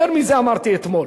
יותר מזה אמרתי אתמול,